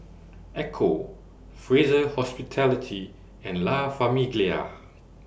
Ecco Fraser Hospitality and La Famiglia